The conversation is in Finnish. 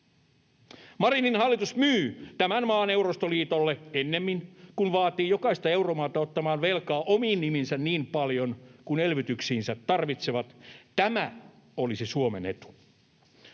Marinin hallitus myy tämän maan Eurostoliitolle ennemmin kuin vaatii jokaista euromaata ottamaan velkaa omiin nimiinsä niin paljon kuin ne elvytyksiinsä tarvitsevat. Tämä olisi Suomen etu.